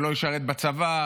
שלא ישרת בצבא,